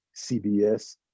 CBS